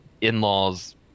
in-laws